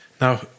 Now